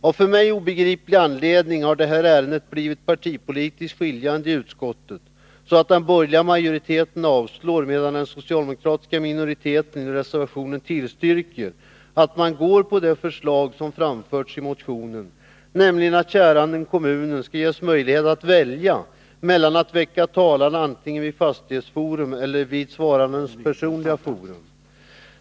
Av för mig obegriplig anledning har detta ärende blivit partipolitiskt skiljande i utskottet, så att den borgerliga majoriteten avstyrker, medan den socialdemokratiska minoriteten i reservationen tillstyrker det förslag som har framförts i motionen, nämligen att käranden skall ges möjlighet att välja mellan att väcka talan antingen vid fastighetsforum eller vid svarandens personliga forum.